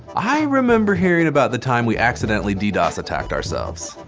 i remember hearing about the time we accidentally d-dos attacked ourselves.